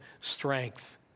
strength